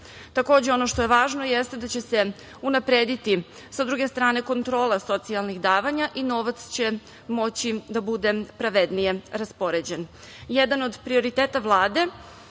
ono što je važno jeste da će se unaprediti sa druge strane kontrola socijalnih davanja i novac će moći da bude pravednije raspoređen. Jedan